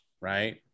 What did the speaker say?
right